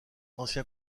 ancien